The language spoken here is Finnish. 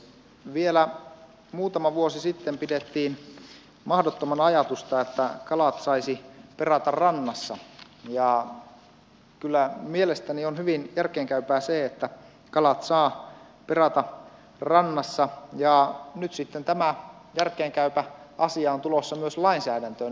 vielä muutama vuosi sitten pidettiin mahdottomana ajatusta että kalat saisi perata rannassa ja kyllä mielestäni on hyvin järkeenkäypää se että kalat saa perata rannassa ja nyt sitten tämä järkeenkäypä asia on tulossa myös lainsäädäntöön